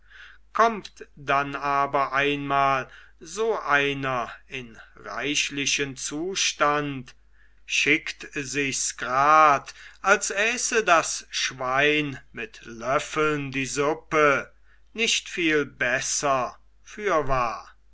kommt dann aber einmal so einer in reichlichen zustand schickt sichs grad als äße das schwein mit löffeln die suppe nicht viel besser fürwahr